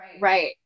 Right